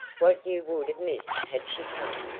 what you would have missed had she come!